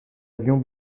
avions